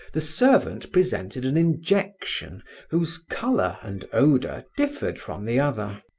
the servant presented an injection whose color and odor differed from the other.